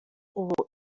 ubu